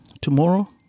Tomorrow